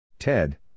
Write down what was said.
Ted